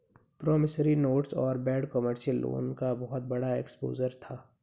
promissory notes और bad commercial loan का बहुत बड़ा एक्सपोजर था